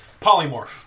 polymorph